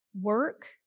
work